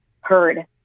heard